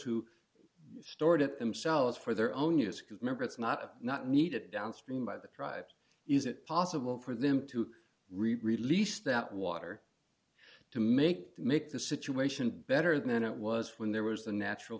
who stored it themselves for their own use could remember it's not not need it downstream by the tribe is it possible for them to release that water to make it make the situation better than it was when there was a natural